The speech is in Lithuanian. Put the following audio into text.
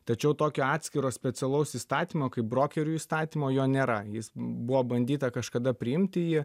tačiau tokio atskiro specialaus įstatymo kaip brokerių įstatymo jo nėra jis buvo bandyta kažkada priimti jį